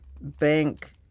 bank